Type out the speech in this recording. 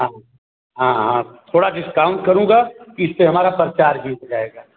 हाँ हाँ आप थोड़ा डिस्काउंट करूंगा इससे हमारा प्रचार भी हो जायेगा